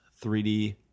3D